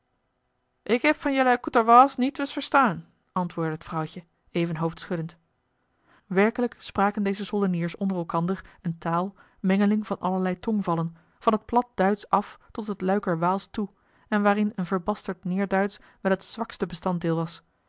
ik heb van jelui koeterwaalsch nietwes verstaan antwoordde het vrouwtje even hoofdschuddend werkelijk spraken deze soldeniers onder elkander eene taal mengeling van allerlei tongvallen van het plat duitsch af tot het luikerwaalsch toe en waarin een verbasterd neêrduitsch wel het zwakste bestanddeel was